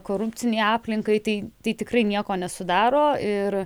korupcinei aplinkai tai tikrai nieko nesudaro ir